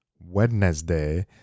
Wednesday